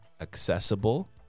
accessible